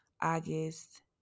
August